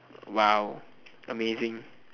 !wow! amazing